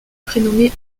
prénommée